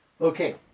Okay